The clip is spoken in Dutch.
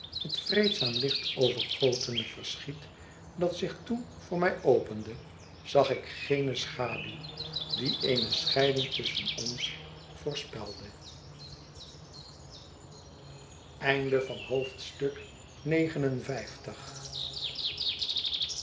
met vreedzaam licht overgotene verschiet dat zich toen voor mij opende zag ik geene sehaduw die eene scheiding tusschen ons voorspelde einde